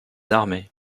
armées